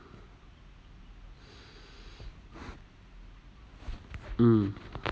mm